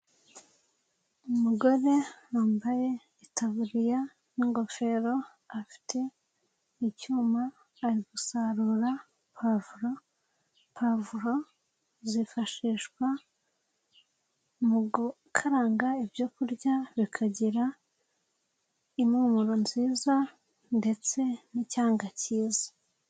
Umugore wambaye itaburiya n'ingofero, afite icyuma ari gusarura pavuro, pavuro zifashishwa mu gukaranga ibyo kurya bikagira impumuro nziza ,ndetse ni cyanga cyiza.